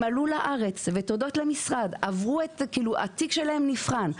הם עלו לארץ, ותודות למשרד התיק שלהם נבחן.